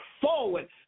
forward